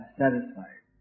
satisfied